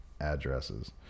addresses